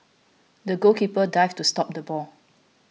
the goalkeeper dived to stop the ball